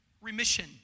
remission